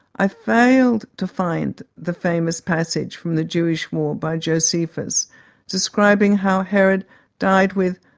i failed to find the famous passage from the jewish war by josephus describing how herod died with,